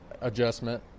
adjustment